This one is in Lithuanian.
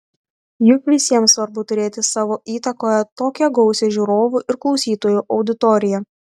juk visiems svarbu turėti savo įtakoje tokią gausią žiūrovų ir klausytojų auditoriją